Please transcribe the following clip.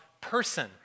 person